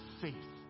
faith